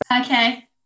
Okay